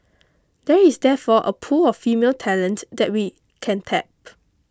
there is therefore a pool of female talent that we can tap